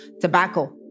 tobacco